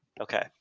Okay